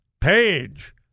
page